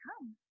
come